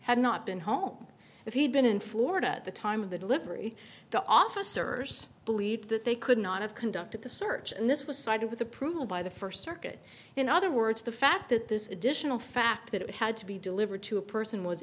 had not been home if he'd been in florida at the time of the delivery the officers believe that they could not have conducted the search and this was cited with approval by the first circuit in other words the fact that this additional fact that it had to be delivered to a person was